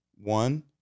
One